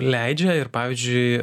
leidžia ir pavyzdžiui